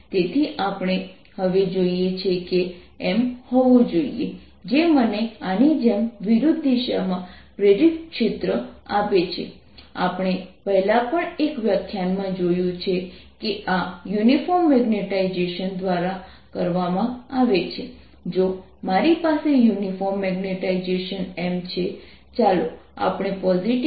તેથી આપણે જે કરવાનો પ્રયાસ કરીએ છીએ તે તમને સમાન પ્રોબ્લેમને જોવાની બે અલગ અલગ રીતો આપે છે